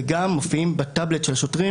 וגם מופיעים בטבלט של השוטרים.